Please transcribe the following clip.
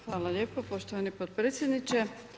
Hvala lijepo poštovani potpredsjedniče.